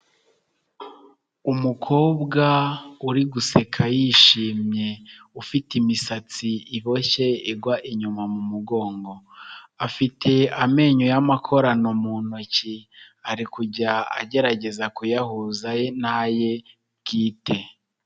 Umukobwa uri guseka yishimye ufite imisatsi iboshye igwa inyuma mu mugongo, afite amenyo y'amakorano mu ntoki ari kujya agerageza kuyahuza naye bwite.